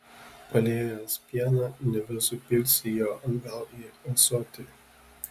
paliejęs pieną nebesupilsi jo atgal į ąsotį